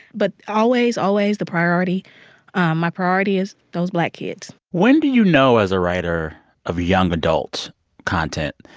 but always, always the priority my priority is those black kids when do you know, as a writer of young adult content,